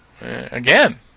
Again